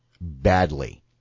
badly